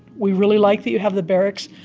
we really like that you have the barracks,